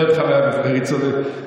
אותך מהמריצות.